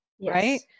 right